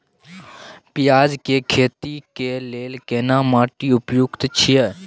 पियाज के खेती के लेल केना माटी उपयुक्त छियै?